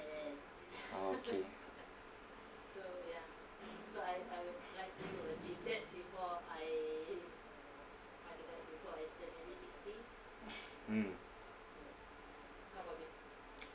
ah okay mm